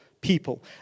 people